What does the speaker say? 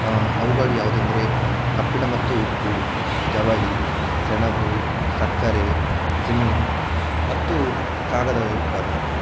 ಅವುಗಳು ಯಾವುದೆಂದರೆ ಕಬ್ಬಿಣ ಮತ್ತು ಉಕ್ಕು ಜವಳಿ ಸೆಣಬು ಸಕ್ಕರೆ ಸಿಮೆಂಟ್ ಮತ್ತು ಕಾಗದದ ಉತ್ಪಾದನೆ